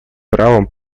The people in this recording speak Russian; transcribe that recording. правом